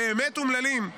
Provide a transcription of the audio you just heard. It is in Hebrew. באמת אומללים,